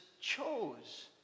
chose